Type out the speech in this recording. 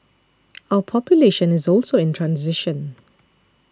our population is also in transition